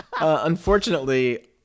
Unfortunately